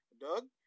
Doug